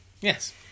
yes